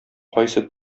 кайсы